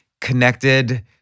connected